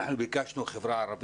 אנחנו ביקשנו דיון על החברה הערבית